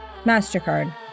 MasterCard